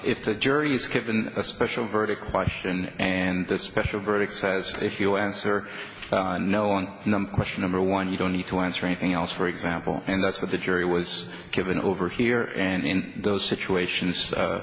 if the jury is given a special verdict watch and a special verdict says if you answer no on question number one you don't need to answer anything else for example and that's what the jury was given over here and in those situations